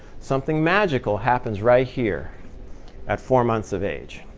something magical happens right here at four months of age.